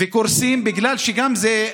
והם קורסים בגלל שגם זה,